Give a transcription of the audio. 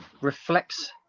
reflects